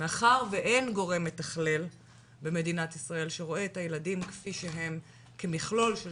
מאחר ואין גורם מתכלל במדינת ישראל שרואה את הילדים כפי שהם כמכלול של